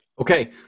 Okay